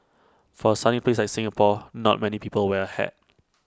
for A sunny place like Singapore not many people wear A hat